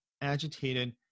agitated